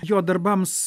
jo darbams